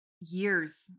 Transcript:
years